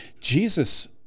Jesus